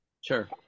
sure